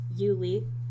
yuli